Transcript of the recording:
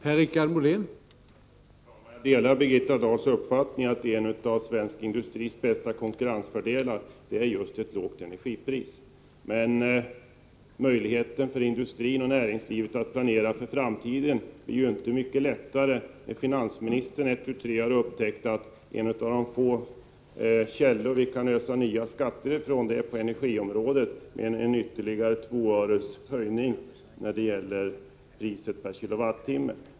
Herr talman! Jag delar Birgitta Dahls uppfattning att en av svensk industris bästa konkurrensfördelar är just ett lågt energipris. Men möjligheten för industrin och näringslivet att planera för framtiden blir inte mycket bättre, när finansministern ett tu tre upptäcker att en av de få källor man kan ösa nya skatter ur är energiområdet och föreslår ytterligare två öres höjning av priset per kilowattimme.